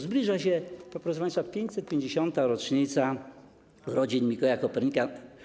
Zbliża się, proszę państwa, 550. rocznica urodzin Mikołaja Kopernika.